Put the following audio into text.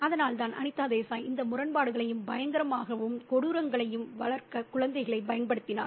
அதனால்தான் அனிதா தேசாய் இந்த முரண்பாடுகளையும் பயங்கரம் மாகவும் கொடூரங்களையும் வளர்க்க குழந்தைகளைப் பயன்படுத்தினார்